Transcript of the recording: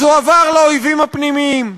אז הוא עבר לאויבים הפנימיים: